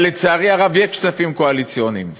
אבל לצערי הרב יש כספים קואליציוניים,